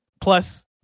plus